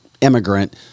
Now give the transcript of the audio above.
immigrant